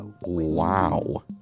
Wow